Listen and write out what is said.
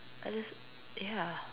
I list ya